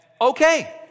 Okay